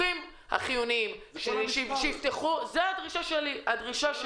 החנויות האלה צריכות להיפתח זו הדרישה שלי.